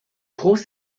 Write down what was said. cause